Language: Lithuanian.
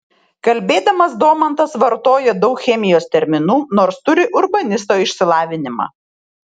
kalbėdamas domantas vartoja daug chemijos terminų nors turi urbanisto išsilavinimą